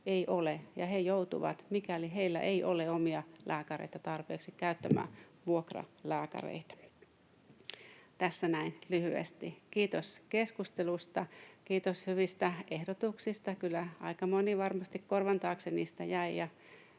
ei ole, ja he joutuvat, mikäli heillä ei ole omia lääkäreitä tarpeeksi, käyttämään vuokralääkäreitä. Tässä näin lyhyesti. Kiitos keskustelusta. Kiitos hyvistä ehdotuksista. Kyllä aika moni varmasti korvan taakse niistä jäi,